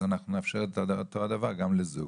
אז אנחנו נאפשר את אותו הדבר גם לזוג.